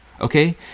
okay